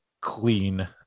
clean